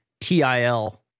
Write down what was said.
TIL